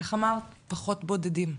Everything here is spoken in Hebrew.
איך אמרת, "..פחות בודדים.."